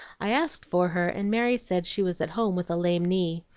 i asked for her, and mary said she was at home with a lame knee.